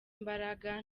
imbaraga